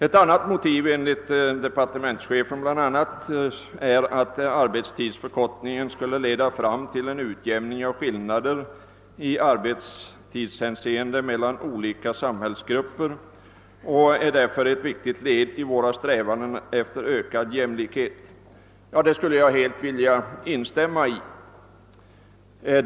, Ett annat motiv är enligt departementschefen följande: »Arbetstidsförkortningen leder fram till en utjämning av skillnader i arbetstidshänseende mellan olika samhällsgrupper och är därför ett viktigt led i våra strävanden efter ökad jämlikhet.» I detta uttalande vill jag helt instämma.